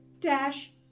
dash